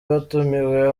batumiwe